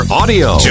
audio